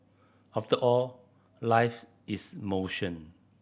after all life is motion